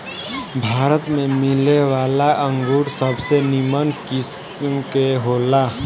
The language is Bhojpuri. भारत में मिलेवाला अंगूर सबसे निमन किस्म के होला